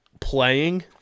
playing